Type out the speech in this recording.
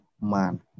man